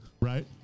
right